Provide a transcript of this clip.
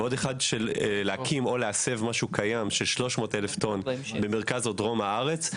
ועוד אחד להקים או להסב משהו קיים של 300 אלף טון במרכז או בדרום הארץ.